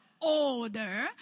order